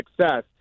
success